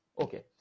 Okay